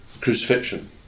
crucifixion